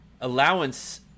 allowance